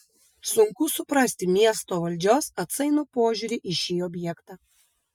sunku suprasti miesto valdžios atsainų požiūrį į šį objektą